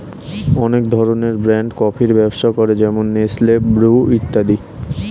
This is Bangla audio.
অনেক ধরনের ব্র্যান্ড কফির ব্যবসা করে যেমন নেসলে, ব্রু ইত্যাদি